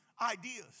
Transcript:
ideas